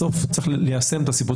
בסוף צריך ליישם את הסיפור.